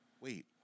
wait